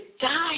die